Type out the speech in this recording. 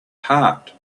heart